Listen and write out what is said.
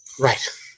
Right